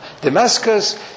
Damascus